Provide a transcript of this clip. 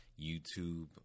YouTube